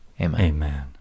Amen